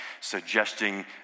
suggesting